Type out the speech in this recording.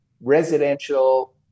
residential